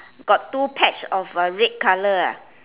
got two patch of uh red color ah